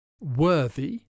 worthy